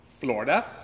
Florida